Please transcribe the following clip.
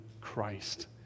Christ